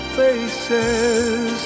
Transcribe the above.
faces